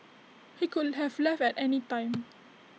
he could have left at any time